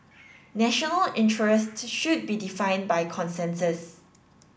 national interest should be defined by consensus